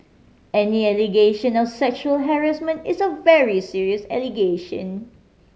any allegation of sexual harassment is a very serious allegation